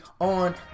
On